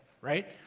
right